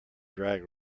drag